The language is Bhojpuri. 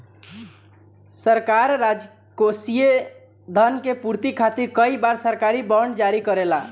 सरकार राजकोषीय धन के पूर्ति खातिर कई बार सरकारी बॉन्ड जारी करेला